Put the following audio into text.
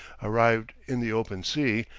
arrived in the open sea,